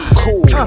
cool